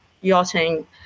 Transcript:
yachting